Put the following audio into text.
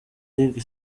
league